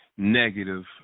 negative